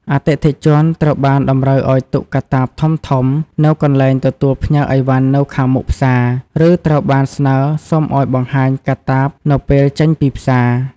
អតិថិជនត្រូវបានតម្រូវឱ្យទុកកាតាបធំៗនៅកន្លែងទទួលផ្ញើឥវ៉ាន់នៅខាងមុខផ្សារ ឬត្រូវបានស្នើសុំឱ្យបង្ហាញកាតាបនៅពេលចេញពីផ្សារ។